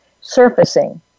surfacing